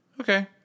Okay